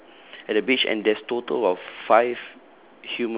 ya at the beach and there's total of five